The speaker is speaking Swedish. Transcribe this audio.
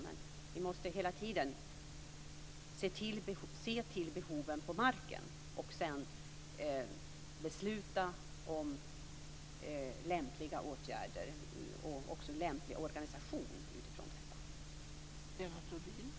Men vi måste hela tiden se till behoven på marken och sedan besluta om lämpliga åtgärder och lämplig organisation utifrån detta.